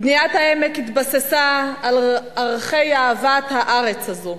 בניית העמק התבססה על ערכי אהבת הארץ הזאת: